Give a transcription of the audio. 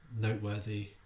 noteworthy